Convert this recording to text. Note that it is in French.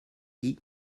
dit